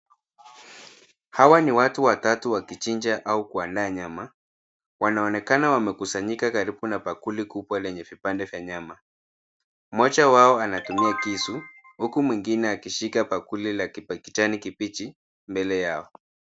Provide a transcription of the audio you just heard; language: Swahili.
Hawa ni watu watatu wakichinja au kuandaa nyama, wanaonekana wamekusanyika karibu na bakuli kubwa lenye vipande vya nyama. Mmoja wao anatumia kisu, huku mwingine akishika bakuli la kijani kibichi mbele yao.